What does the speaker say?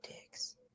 dicks